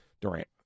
Durant